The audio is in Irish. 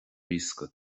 iascaigh